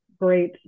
great